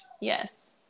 Yes